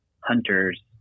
hunters